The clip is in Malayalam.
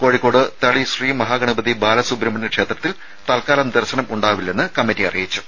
കോഴിക്കോട് തളി ശ്രീ മഹാഗണപതി ബാലസുബ്രഹ്മണ്യ ക്ഷേത്രത്തിൽ തൽക്കാലം ദർശനം ഉണ്ടാവില്ലെന്ന് കമ്മിറ്റി അറിയിച്ചു